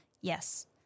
Yes